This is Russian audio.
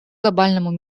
глобальному